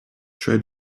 cioè